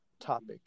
topic